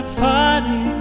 funny